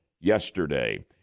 yesterday